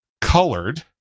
colored